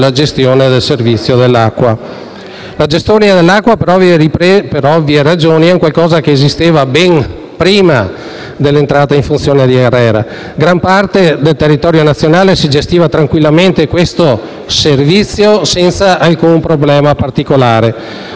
La gestione dell'acqua, per ovvie ragioni, è qualcosa che esisteva ben prima dell'entrata in funzione di ARERA, gran parte del territorio nazionale si gestiva tranquillamente questo servizio senza alcun problema particolare.